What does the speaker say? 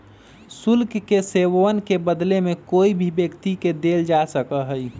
शुल्क के सेववन के बदले में कोई भी व्यक्ति के देल जा सका हई